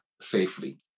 safely